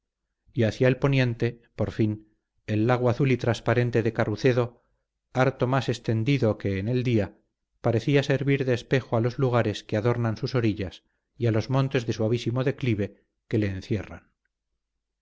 y hacia el poniente por fin el lago azul y transparente de carucedo harto más extendido que en el día parecía servir de espejo a los lugares que adornan sus orillas y a los montes de suavísimo declive que le encierran